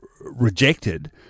rejected